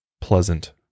Pleasant